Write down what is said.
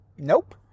Nope